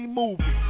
movie